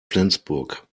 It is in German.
flensburg